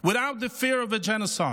without the fear of a genocide.